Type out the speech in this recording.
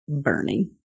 burning